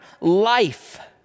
life